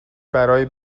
برای